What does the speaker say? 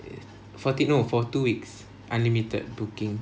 forty no for two weeks unlimited booking